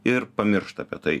ir pamiršta apie tai